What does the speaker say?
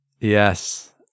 yes